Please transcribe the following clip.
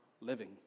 living